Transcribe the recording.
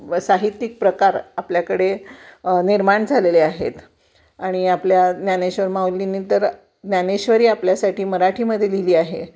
साहित्यिक प्रकार आपल्याकडे निर्माण झालेले आहेत आणि आपल्या ज्ञानेश्वर माऊलींनी तर ज्ञानेश्वरी आपल्यासाठी मराठीमध्ये लिहिली आहे